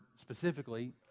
specifically